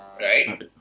Right